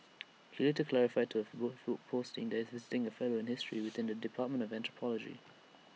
he later clarified to A Facebook posting that he is A visiting fellow in history within the dept of anthropology